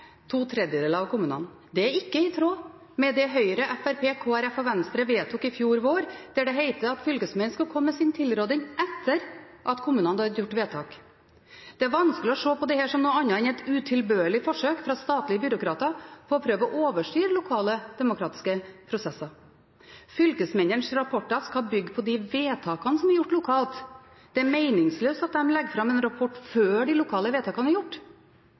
to tredjedeler av kommunene. Det er ikke i tråd med det Høyre, Fremskrittspartiet, Kristelig Folkeparti og Venstre vedtok i fjor vår, der det heter at fylkesmennene skal komme med sin tilråding «etter at» kommunene har gjort vedtak. Det er vanskelig å se på dette som noe annet enn et utilbørlig forsøk fra statlige byråkrater på å overstyre lokale demokratiske prosesser. Fylkesmennenes rapporter skal bygge på de vedtakene som er gjort lokalt. Det er meningsløst at de legger fram en rapport før de lokale vedtakene er gjort.